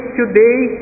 today